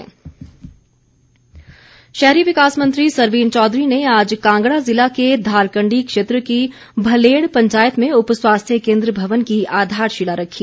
सरवीण चौधरी शहरी विकास मंत्री सरवीण चौधरी ने आज कांगड़ा जिला के धारकंडी क्षेत्र की भलेड़ पंचायत में उप स्वास्थ्य केन्द्र भवन की आधारशिला रखी